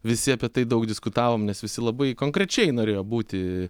visi apie tai daug diskutavom nes visi labai konkrečiai norėjo būti